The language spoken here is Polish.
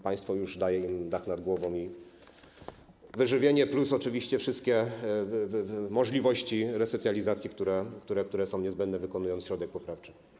Państwo już daje im dach nad głową i wyżywienie - plus oczywiście wszystkie możliwości resocjalizacji, które są niezbędne - wykonując środek poprawczy.